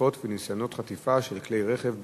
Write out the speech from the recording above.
חטיפות וניסיונות חטיפה של כלי רכב בשומרון.